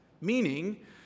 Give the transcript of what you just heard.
meaning